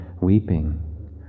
weeping